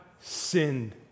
sinned